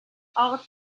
ought